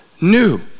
new